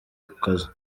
kazi